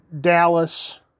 Dallas